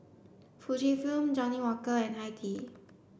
Fujifilm Johnnie Walker and Hi Tea